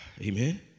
Amen